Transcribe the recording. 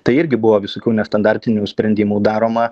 tai irgi buvo visokių nestandartinių sprendimų daroma